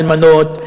אלמנות,